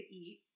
eat